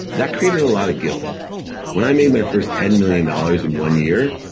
that created a lot of guilt when i made my first ten million dollars in one year,